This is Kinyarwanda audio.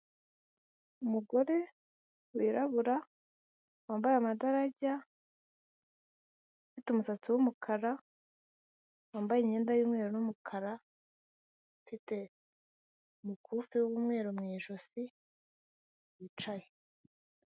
Umugore wirabura wambaye amadarajya ufite umusatsi w'umukara wambaye imyenda y'umweru n'umukara ufite umukufe w'umweru mu ijosi wicaye.